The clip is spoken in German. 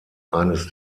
eines